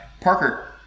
Parker